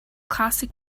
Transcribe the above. classic